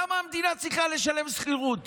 למה המדינה צריכה לשלם שכירות